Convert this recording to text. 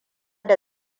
da